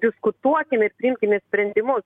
diskutuokime ir priimkime sprendimu